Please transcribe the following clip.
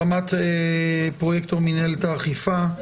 רמ"ט פרויקטור מינהלת האכיפה.